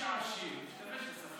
מי שעשיר משתמש בשפה עשירה.